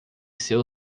seu